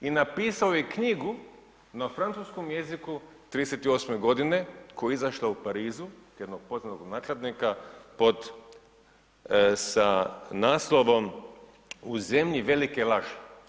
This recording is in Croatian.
I napisao je i knjigu na francuskom jeziku 38. godine koja je izašla u Parizu jednog poznatog nakladnika sa naslovom U zemlji velike laži.